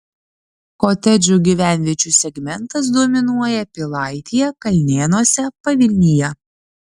kotedžų gyvenviečių segmentas dominuoja pilaitėje kalnėnuose pavilnyje